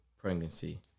pregnancy